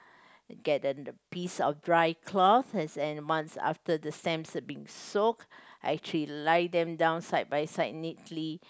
get then the piece of dry cloth as when once after the stamps have been soak I actually lie them down side by side neatly